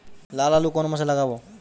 লাল আলু কোন মাসে লাগাব?